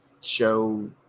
show